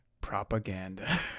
propaganda